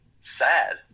sad